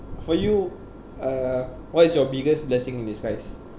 for you uh what is your biggest blessing in disguise